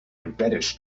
reddish